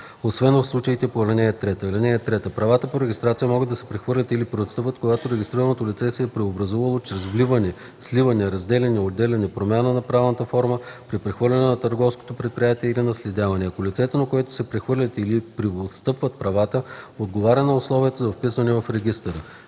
освен в случаите по ал. 3. (3) Правата по регистрацията могат да се прехвърлят или преотстъпват, когато регистрираното лице се е преобразувало чрез вливане, сливане, разделяне, отделяне, промяна на правната форма, при прехвърляне на търговско предприятие или наследяване, ако лицето, на което се прехвърлят или преотстъпват правата, отговаря на условията за вписване в регистъра.